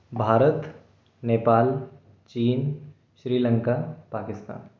भारत नेपाल चीन श्रीलंका पाकिस्तान